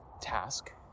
task